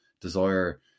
desire